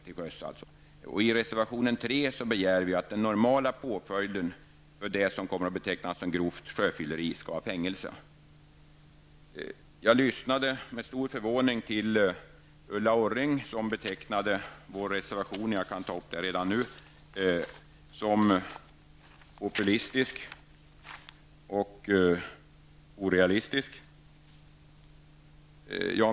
I reservation 3 begär vi att den normala påföljden för det som kommer att betecknas som grovt sjöfylleri skall vara fängelse. Jag lyssnade med stor förvåning till Ulla Orring, som betecknade vår reservation som populistisk och orealistisk -- jag kan ta upp det redan nu.